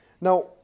Now